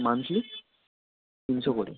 monthly তিনশো করে